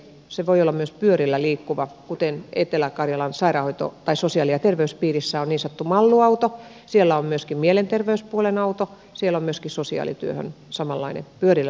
ne voivat olla myös pyörillä liikkuvia kuten etelä karjalan sosiaali ja terveyspiirissä on niin sanottu mallu auto siellä on myöskin mielenterveyspuolen auto siellä on myöskin sosiaalityöhön samanlainen pyörillä liikkuva lähipalvelu